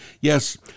Yes